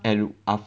and af~